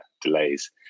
delays